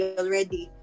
already